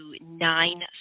nine